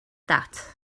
that